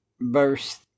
verse